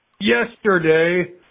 Yesterday